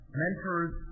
mentors